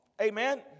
Amen